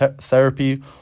therapy